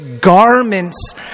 garments